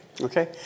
Okay